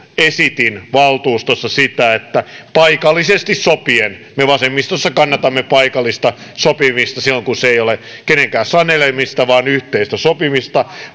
esitin valtuustossa sitä että paikallisesti sopien me vasemmistossa kannatamme paikallista sopimista silloin kun se ei ole kenenkään sanelemista vaan yhteistä sopimista